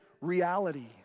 Reality